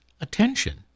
attention